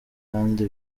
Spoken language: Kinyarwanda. kandi